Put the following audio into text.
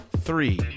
three